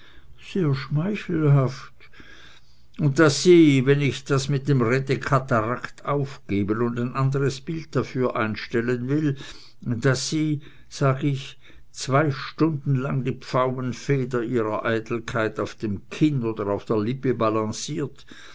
sehr schmeichelhaft und daß sie wenn ich das mit dem redekatarakt aufgeben und ein anderes bild dafür einstellen will daß sie sag ich zwei stunden lang die pfauenfeder ihrer eitelkeit auf dem kinn oder auf der lippe balanciert